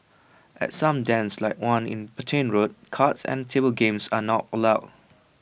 at some dens like one in Petain road cards and table games are not allowed